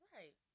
Right